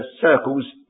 circles